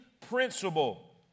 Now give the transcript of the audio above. principle